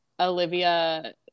Olivia